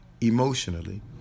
emotionally